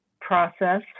process